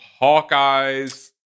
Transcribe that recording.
Hawkeyes